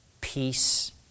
Peace